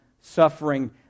suffering